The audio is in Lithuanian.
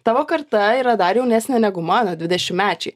tavo karta yra dar jaunesnė negu mano dvidešimtmečiai